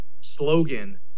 slogan